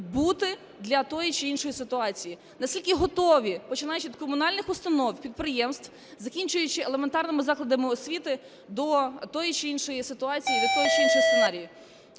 бути для тої чи іншої ситуації, наскільки готові, починаючи від комунальних установ, підприємств, закінчуючи елементарними закладами освіти, до тої чи іншої ситуації, до того чи іншого сценарію.